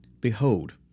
behold